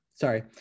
Sorry